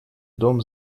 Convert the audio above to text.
дом